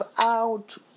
out